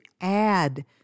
add